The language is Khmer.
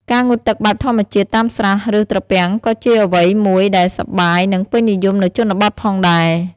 ការងូតទឹកបែបធម្មជាតិតាមស្រះ ឬត្រពាំងក៏ជាអ្វីមួយដែលសប្បាយ និងពេញនិយមនៅជនបទផងដែរ។